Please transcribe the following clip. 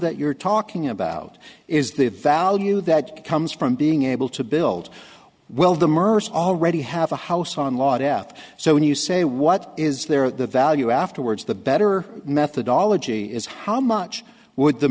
that you're talking about is the value that comes from being able to build well the merced already have a house on lot f so when you say what is there at the value afterwards the better methodology is how much would the